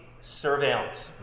surveillance